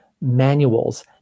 manuals